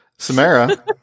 Samara